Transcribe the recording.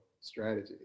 strategy